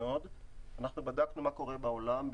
בדקנו מה קורה בעולם.